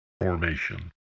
formation